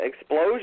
explosion